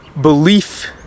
belief